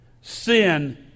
Sin